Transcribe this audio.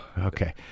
Okay